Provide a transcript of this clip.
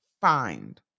find